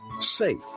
safe